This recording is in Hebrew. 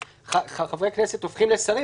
חברי כנסת הופכים לשרים,